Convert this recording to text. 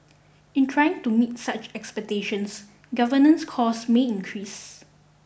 in trying to meet such expectations governance costs may increase